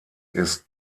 ist